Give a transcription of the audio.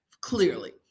clearly